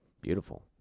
Beautiful